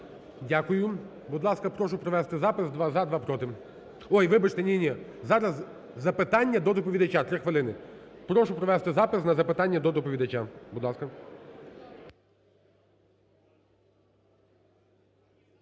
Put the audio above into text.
Дякую. Будь ласка, прошу провести запис: два – за, два – проти. Вибачте, ні-ні. Зараз запитання до доповідача, 3 хвилини. Прошу провести запис на запитання до доповідача, будь ласка.